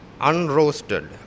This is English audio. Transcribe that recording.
unroasted